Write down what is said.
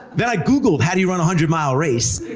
then i googled how do you run a hundred mile race,